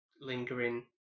lingering